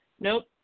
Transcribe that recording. nope